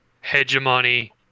hegemony